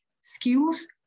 skills